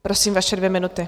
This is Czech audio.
Prosím, vaše dvě minuty.